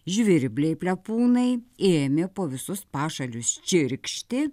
žvirbliai plepūnai ėmė po visus pašalius čirkšti